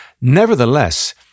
Nevertheless